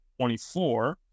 24